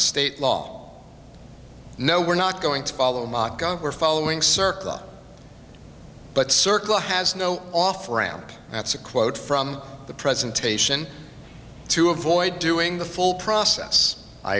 state law no we're not going to follow maka we're following circa but circle has no off ramp that's a quote from the presentation to avoid doing the full process i